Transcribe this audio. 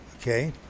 Okay